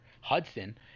Hudson